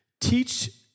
teach